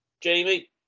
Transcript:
Jamie